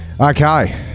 Okay